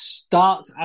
start